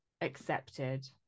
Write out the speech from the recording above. accepted